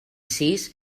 sis